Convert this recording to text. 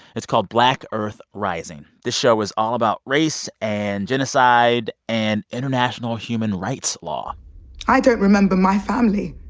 it's called black earth rising. this show is all about race and genocide and international human rights law i don't remember my family